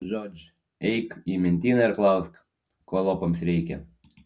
žodž eik į mentyną ir klausk ko lopams reikia